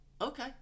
okay